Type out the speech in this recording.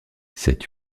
cette